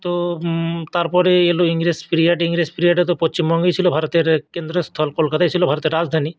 তো তারপরে এল ইংরেজ পিরিয়ড ইংরেজ পিরিয়ডে তো পশ্চিমবঙ্গেই ছিল ভারতের কেন্দ্রস্থল কলকাতাই ছিল ভারতের রাজধানী